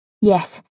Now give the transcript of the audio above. Yes